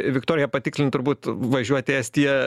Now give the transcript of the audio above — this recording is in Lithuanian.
viktorija patikslint turbūt važiuot į estiją